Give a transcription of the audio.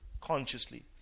consciously